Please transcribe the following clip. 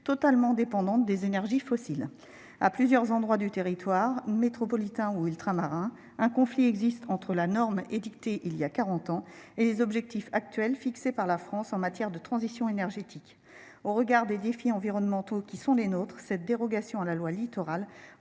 totalement dépendantes des énergies fossiles. À plusieurs endroits du territoire, en métropole et outre-mer, un conflit existe entre la norme édictée il y a bientôt quarante ans et les objectifs actuels fixés par la France en matière de transition énergétique. Au regard des défis environnementaux que nous devons relever, cette dérogation à la loi Littoral